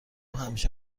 همیشه